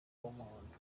w’umuhondo